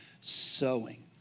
sowing